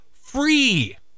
free